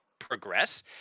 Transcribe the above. progress